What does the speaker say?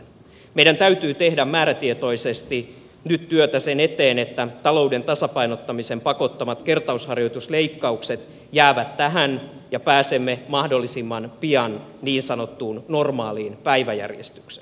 meidän täytyy tehdä määrätietoisesti nyt työtä sen eteen että talouden tasapainottamisen pakottamat kertausharjoitusleikkaukset jäävät tähän ja pääsemme mahdollisimman pian niin sanottuun normaaliin päiväjärjestykseen